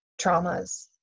traumas